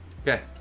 Okay